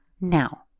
now